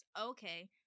okay